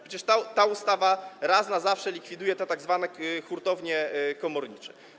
Przecież ta ustawa raz na zawsze likwiduje tzw. hurtownie komornicze.